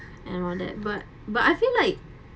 and all that but but I feel like